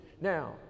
Now